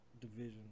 division